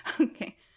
Okay